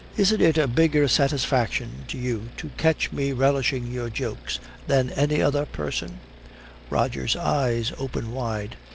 isn't it a bigger satisfaction to you to catch me relishing your jokes than any other person roger's eyes open wide.